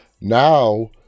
Now